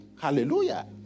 Hallelujah